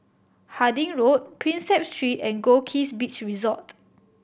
Harding Road Prinsep Street and Goldkist Beach Resort